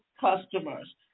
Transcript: customers